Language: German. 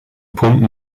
pumpen